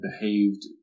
behaved